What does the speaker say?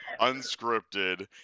unscripted